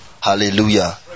Hallelujah